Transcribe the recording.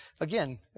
again